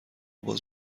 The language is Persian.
باز